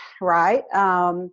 right